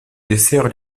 dessert